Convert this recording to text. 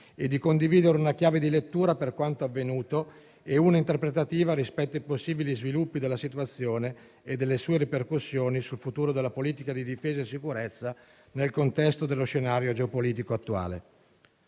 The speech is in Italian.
e di condividere una chiave di lettura per quanto avvenuto e una chiave interpretativa rispetto ai possibili sviluppi della situazione e delle sue ripercussioni sul futuro della politica di difesa e sicurezza nel contesto dello scenario geopolitico attuale.